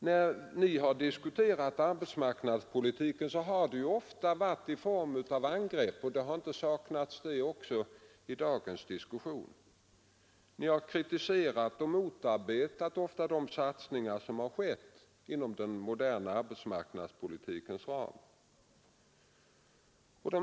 När ni diskuterat arbetsmarknadspolitiken har det ofta skett i form av angrepp, och sådana har heller inte saknats i dagens diskussion. Ni har ofta kritiserat och motarbetat de satsningar som skett inom den moderna arbetsmarknadspolitikens ram.